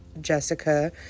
Jessica